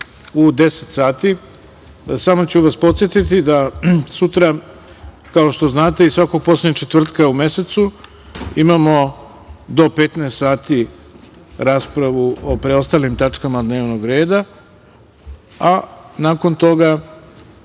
u 10.00 časova. Samo ću vas podsetiti da sutra, kao što znate, i svakog poslednjeg četvrtka u mesecu imamo do 15.00 časova raspravu o preostalim tačkama dnevnog reda, a nakon toga